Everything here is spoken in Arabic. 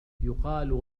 يُقال